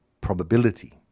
probability